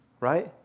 right